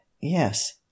yes